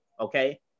okay